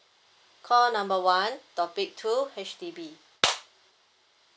call number one topic two H_D_B